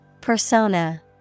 Persona